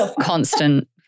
constant